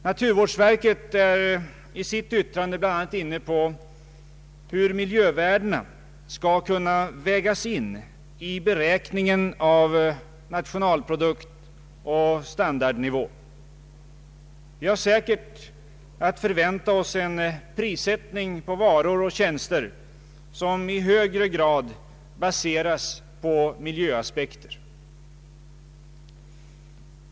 Naturvårdsverket är i sitt yttrande bl.a. inne på hur miljövärdena skall kunna vägas in i beräkningen av nationalprodukt och standardnivå. Vi har säkert att förvänta oss en prissättning på varor och tjänster som i högre grad baseras på miljöaspekter.